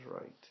right